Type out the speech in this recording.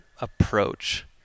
approach